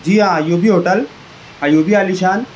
جی ہاں ایوبی ہوٹل ایوبی عالیشان